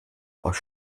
aus